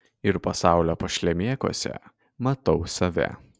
ir pasaulio pašlemėkuose matau save